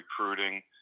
recruiting